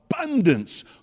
abundance